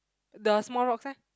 the small rocks eh